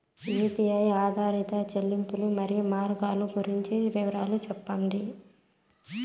UPI ఆధారిత చెల్లింపులు, మరియు మార్గాలు గురించి వివరాలు సెప్పండి?